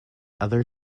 other